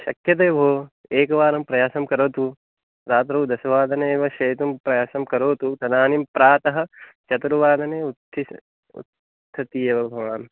शक्यते भोः एकवारं प्रयासं क्ररोतु रात्रौ दशवादने एव शयितुं प्रयासं करोतु तदानीं प्रातः चतुर्वादने उत्थिस् उत्थति एव भवान्